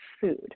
food